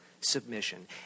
submission